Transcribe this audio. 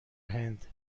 هند